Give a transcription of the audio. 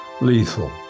lethal